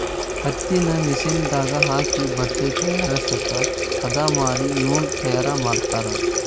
ಹತ್ತಿನ ಮಿಷನ್ ದಾಗ ಹಾಕಿ ಬಟ್ಟೆ ತಯಾರಸಾಕ ಹದಾ ಮಾಡಿ ನೂಲ ತಯಾರ ಮಾಡ್ತಾರ